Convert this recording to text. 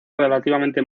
relativamente